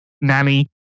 Nanny